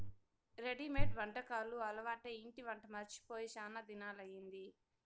readymade వంటకాలు అలవాటై ఇంటి వంట మరచి పోయి శానా దినాలయ్యింది